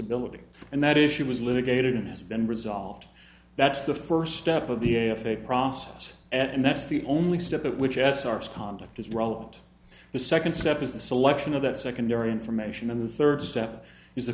ability and that is she was litigated and has been resolved that's the first step of the f a a process and that's the only step at which s r s conduct is relevant the second step is the selection of that secondary information and the third step is the